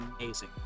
amazing